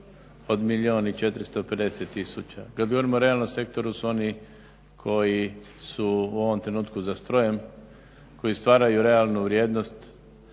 od milijun i 450 tisuća, kad govorimo o realnom sektoru su oni koji su u ovom trenutku za strojem, koji stvaraju realnu vrijednost,